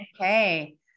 Okay